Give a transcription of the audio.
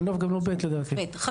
זה